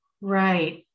right